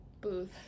Booth